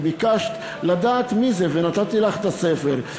וביקשת לדעת מי זה, ונתתי לך את הספר.